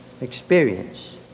experience